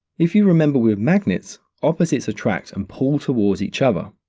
if you remember with magnets, opposites attract and pull towards each other.